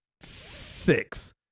six